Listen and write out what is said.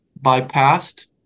bypassed